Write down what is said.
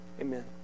amen